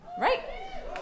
right